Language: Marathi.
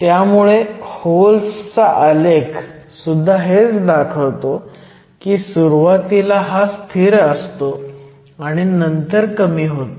त्यामुळे होल्स चा आलेख सुद्धा हेच दाखवतो की सुरुवातीला हा स्थिर असतो आणि नंतर कमी होतो